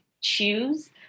choose